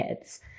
kids